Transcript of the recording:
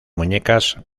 muñecas